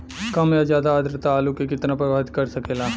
कम या ज्यादा आद्रता आलू के कितना प्रभावित कर सकेला?